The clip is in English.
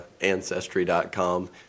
Ancestry.com